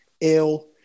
ill